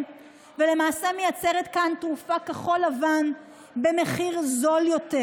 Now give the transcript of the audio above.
ולמעשה מייצרת כאן תרופה כחול-לבן במחיר נמוך יותר,